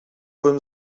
bym